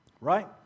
Right